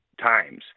times